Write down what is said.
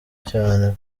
cyane